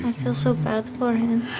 feel so bad for him.